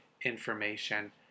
information